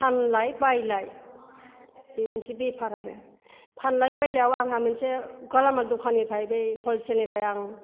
फानलाय बायलाय बे मोनसे बेफार आरो फानलाय बायलायाव आंहा मोनसे गालामाल दखानिफ्राय बै हलसेल निफ्राय आं